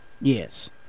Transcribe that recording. Yes